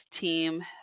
team